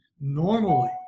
normally